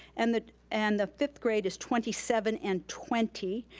and the and the fifth grade is twenty seven and twenty.